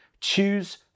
choose